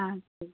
ஆ சரி